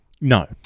No